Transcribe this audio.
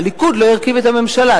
הליכוד לא הרכיב את הממשלה,